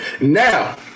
Now